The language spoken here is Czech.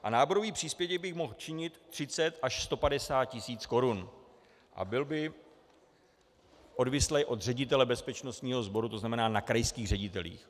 A náborový příspěvek by mohl činit 30 až 150 tis. korun a byl by odvislý od ředitele bezpečnostního sboru, to znamená na krajských ředitelích.